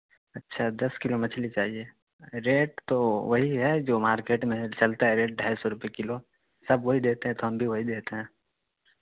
اچھا دس کلو مچھلی چاہیے ریٹ تو وہی ہے جو مارکیٹ میں چلتا ہے ریٹ ڈھائی سو روپے کلو سب وہی دیتے ہیں تو ہم بھی وہی دیتے ہیں